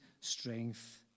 strength